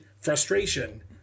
frustration